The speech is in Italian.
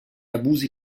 abusi